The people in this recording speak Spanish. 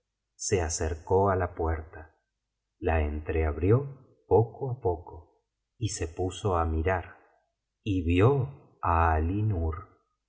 se acercó á la puerta la entreabrió poco á poco y se puso á mirar y vio á